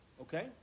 Okay